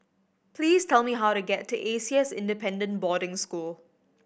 please tell me how to get to A C S Independent Boarding School